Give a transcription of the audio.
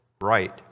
right